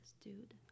dude